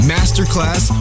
Masterclass